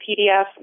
PDF